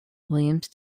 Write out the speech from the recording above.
williams